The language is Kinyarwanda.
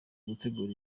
gutegura